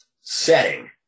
setting